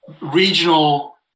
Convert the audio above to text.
regional